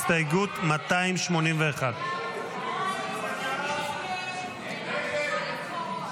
הסתייגות 281. הסתייגות 281 לא נתקבלה.